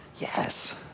Yes